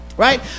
right